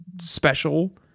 special